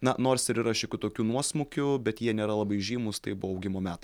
na nors ir yra šiokių tokių nuosmukių bet jie nėra labai žymūs tai buvo augimo metai